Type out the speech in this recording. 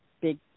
big